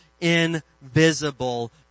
invisible